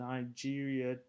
Nigeria